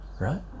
right